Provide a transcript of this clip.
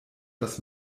das